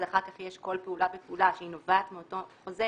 אחר כך יש כל פעולה ופעולה שנובעת מאותו חוזה,